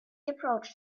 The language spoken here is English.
approached